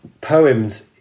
poems